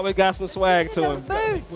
we've got some wag to him.